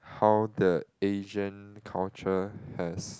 how the Asian culture has